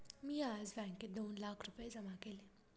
मी आज बँकेत दोन लाख रुपये जमा केले